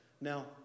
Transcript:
Now